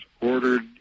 ordered